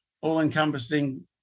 all-encompassing